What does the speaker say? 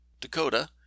Dakota